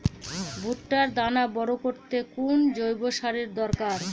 ভুট্টার দানা বড় করতে কোন জৈব সারের দরকার?